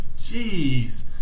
Jeez